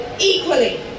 Equally